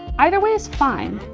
either way is fine.